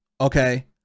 Okay